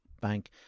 bank